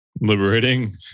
Liberating